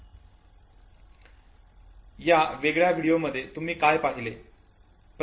दुसरी भाष्या 1443 to 1505 या वेगळ्या व्हिडिओमध्ये तुम्ही काय पाहिले